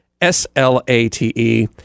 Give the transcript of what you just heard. S-L-A-T-E